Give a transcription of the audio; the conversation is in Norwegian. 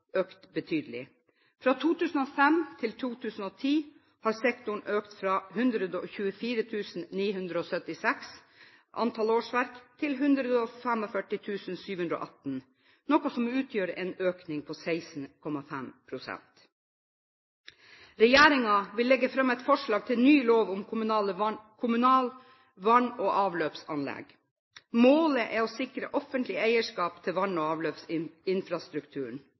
betydelig. Fra 2005 til 2010 har sektoren økt fra 124 976 årsverk til 145 718, noe som utgjør en økning på 16,5 pst. Regjeringen vil legge fram et forslag til ny lov om kommunale vann- og avløpsanlegg. Målet er å sikre offentlig eierskap til vann- og